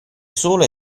solo